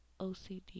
OCD